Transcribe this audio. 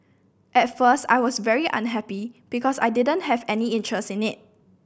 at first I was very unhappy because I didn't have any interest in it